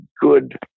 good